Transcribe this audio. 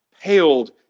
paled